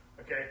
okay